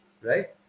Right